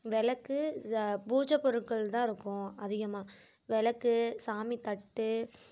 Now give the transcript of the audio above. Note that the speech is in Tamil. விளக்கு ஜ பூஜைப் பொருட்கள் தான் இருக்கும் அதிகமாக விளக்கு சாமித்தட்டு